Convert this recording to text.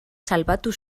salbatu